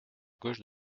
gauche